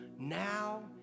Now